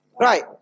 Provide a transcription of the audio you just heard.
Right